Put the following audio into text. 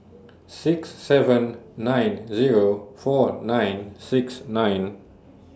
six seven nine Zero four nine six nine